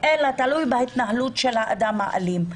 אלא תלוי בהתנהלות של האדם האלים.